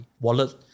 wallet